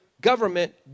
Government